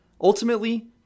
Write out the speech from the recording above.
Ultimately